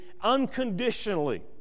unconditionally